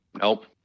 Nope